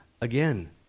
again